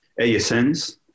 ASNs